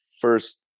first